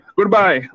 Goodbye